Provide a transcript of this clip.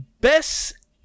best